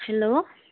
hello